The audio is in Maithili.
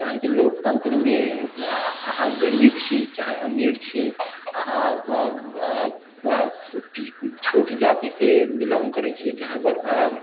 काहेकि लोकतन्त्रमे अहाँ गरीब छी चाहे अमीर छी अहाँ छोट जातिसँ बिलोंग करै छियै चाहे बड़का